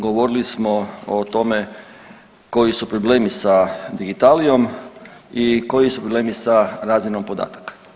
Govorili smo o tome koji su problemi sa digitalijom i koji su problemi sa razmjenom podataka.